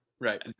Right